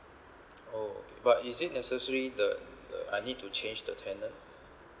oh okay but is it necessary the the I need to change the tenant